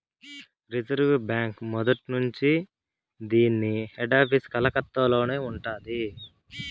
reserve బాంకీ మొదట్నుంచీ దీన్ని హెడాపీసు కలకత్తలోనే ఉండాది